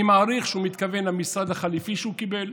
אני מעריך שהוא מתכוון למשרד החליפי שהוא קיבל.